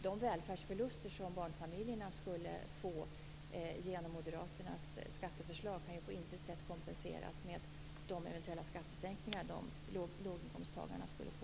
De välfärdsförluster som barnfamiljerna skulle få genom moderaternas skatteförslag kan på intet sätt kompenseras av de eventuella skattesänkningar som låginkomsttagarna skulle få.